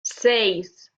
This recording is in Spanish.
seis